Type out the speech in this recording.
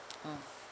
mm